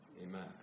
Amen